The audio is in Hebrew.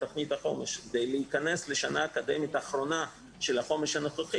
תכנית החומש כדי להיכנס לשנה אקדמית אחרונה של החומש הנוכחי